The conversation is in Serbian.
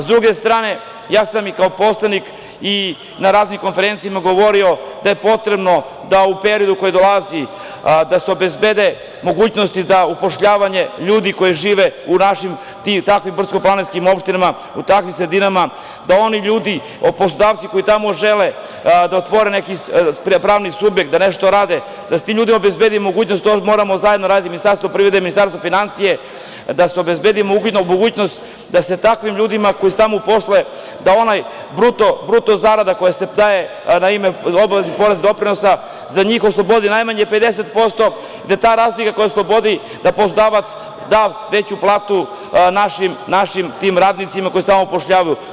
S druge strane, ja sam i kao poslanik i na raznim konferencijama govorio da je potrebno da u periodu koji dolazi da se obezbede mogućnosti da upošljavanje ljudi koji žive u našim tim i takvim brdsko-planinskim opštinama, u takvim sredinama, da oni ljudi, poslodavci koji tamo žele da otvore neki pravni subjekt, da nešto rade, da se tim ljudima obezbedi mogućnost, to moramo zajedno, Ministarstvo privrede, Ministarstvo finansija, da se obezbedi mogućnost da se takvim ljudima koji se tamo uposle, da bruto zarada koja se daje na ime obaveznih poreza i doprinosa, za njih oslobodi najmanje 50%, da ta razlika koja se oslobodi, da poslodavac da veću platu našim tim radnicima koji se tamo upošljavaju.